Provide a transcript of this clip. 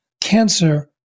cancer